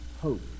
hope